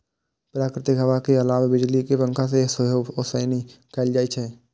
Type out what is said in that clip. प्राकृतिक हवा के अलावे बिजली के पंखा से सेहो ओसौनी कैल जाइ छै